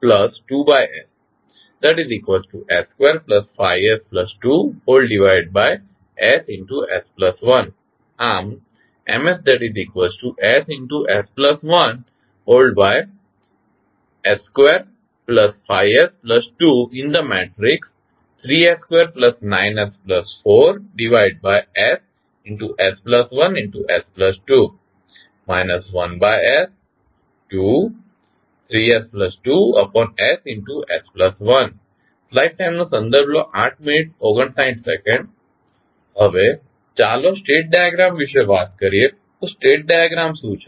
જયાં આમ હવે ચાલો સ્ટેટ ડાયાગ્રામ વિશે વાત કરીએ તો સ્ટેટ ડાયાગ્રામ શું છે